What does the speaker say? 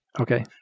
Okay